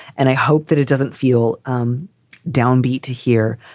and i hope that it doesn't feel um downbeat to hear.